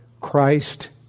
Christ